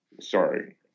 sorry